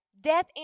Death